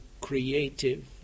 creative